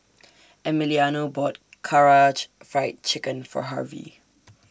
Emiliano bought Karaage Fried Chicken For Harvy